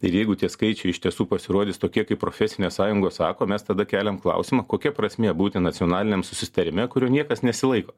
ir jeigu tie skaičiai iš tiesų pasirodys tokie kaip profesinės sąjungos sako mes tada keliam klausimą kokia prasmė būti nacionaliniam susitarime kurių niekas nesilaiko